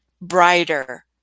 brighter